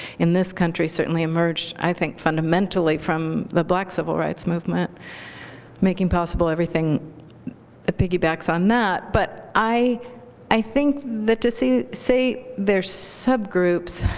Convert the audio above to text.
in this country, certainly emerged, i think fundamentally, from the black civil rights movement making possible everything that piggybacks on that. but i i think that to say say they're subgroups,